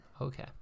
okay